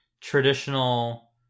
traditional